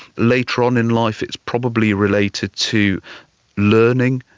later on in life it's probably related to learning,